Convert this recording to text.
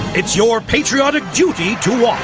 it's your patriotic duty to ah